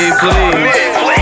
please